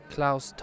Klaus